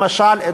למשל,